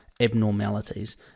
abnormalities